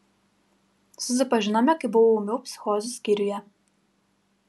susipažinome kai buvau ūmių psichozių skyriuje